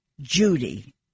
Judy